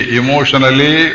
emotionally